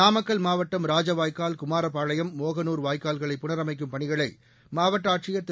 நாமக்கல் மாவட்டம் ராஜவாய்க்கால் குமாரப்பாளையம் மோகனூர் வாய்க்கால்களை புனரமைக்கும் பணிகளை மாவட்ட ஆட்சியர் திரு